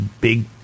big